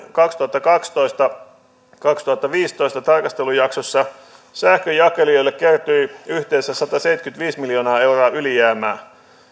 kaksituhattakaksitoista viiva kaksituhattaviisitoista tarkastelujaksossa sähkönjakelijoille kertyi yhteensä sataseitsemänkymmentäviisi miljoonaa euroa ylijäämää